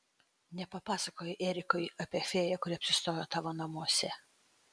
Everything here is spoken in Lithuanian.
nepapasakojai erikui apie fėją kuri apsistojo tavo namuose